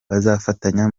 bazafatanya